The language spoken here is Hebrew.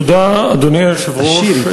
תודה, אדוני היושב-ראש.